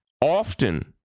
often